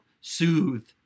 soothe